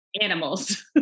animals